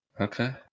Okay